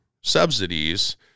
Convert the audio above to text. subsidies